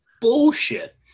bullshit